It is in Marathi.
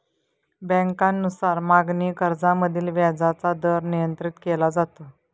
बँकांनुसार मागणी कर्जामधील व्याजाचा दर नियंत्रित केला जातो